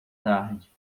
tarde